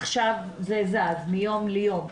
ועכשיו זה זז מיום ליום,